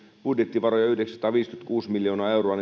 budjettivaroja yhdeksänsataaviisikymmentäkuusi miljoonaa euroa